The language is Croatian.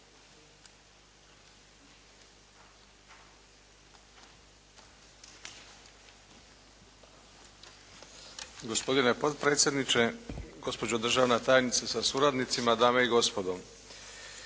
Gospodine potpredsjedniče, gospođo državna tajnice sa suradnicima, dame i gospodo.